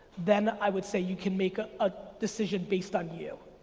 then i would say you can make ah a decision based on you.